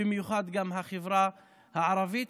במיוחד של החברה הערבית,